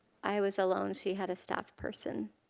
i was alone. she had a staff person.